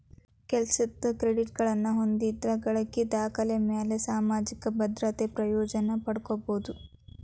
ಕೆಲಸದ್ ಕ್ರೆಡಿಟ್ಗಳನ್ನ ಹೊಂದಿದ್ರ ಗಳಿಕಿ ದಾಖಲೆಮ್ಯಾಲೆ ಸಾಮಾಜಿಕ ಭದ್ರತೆ ಪ್ರಯೋಜನ ಪಡ್ಕೋಬೋದು